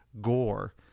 gore